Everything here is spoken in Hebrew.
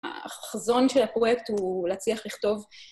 החזון של הפרויקט הוא להצליח לכתוב